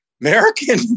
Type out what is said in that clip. American